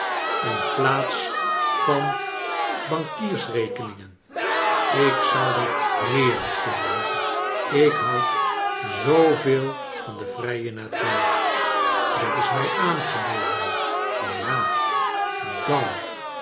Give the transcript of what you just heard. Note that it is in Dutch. in plaats van bankiersrekeningen ik zou dat heerlijk vinden lieve ik houd zooveel van de vrije natuur dat is mij aangeboren ja dan